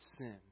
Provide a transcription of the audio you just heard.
sin